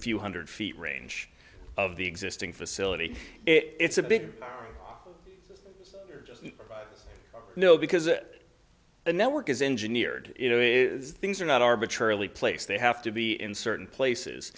few hundred feet range of the existing facility it's a big no because it the network is engineered you know is things are not arbitrarily place they have to be in certain places